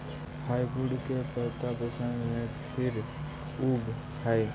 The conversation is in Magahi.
हार्डवुड के पत्त्ता बसन्त में फिर उगऽ हई